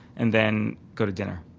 and then go to dinner.